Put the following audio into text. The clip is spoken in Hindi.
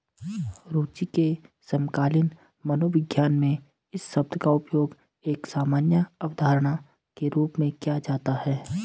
रूचि के समकालीन मनोविज्ञान में इस शब्द का उपयोग एक सामान्य अवधारणा के रूप में किया जाता है